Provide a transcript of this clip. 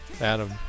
Adam